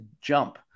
jump